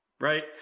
right